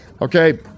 Okay